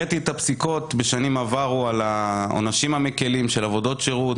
הראיתי את הפסיקות בשנים עברו על העונשים המקלים של עבודות שירות,